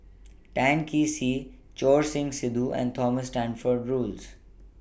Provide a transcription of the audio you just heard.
Tan Kee Sek Choor Singh Sidhu and Thomas Stamford Roads